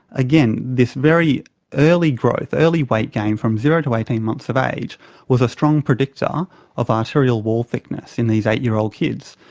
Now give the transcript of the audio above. again, this very early growth, early weight gain from zero to eighteen months of age was a strong predictor of arterial wall thickness in these eight-year-old kids,